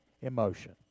emotion